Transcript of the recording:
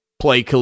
play